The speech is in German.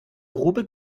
grube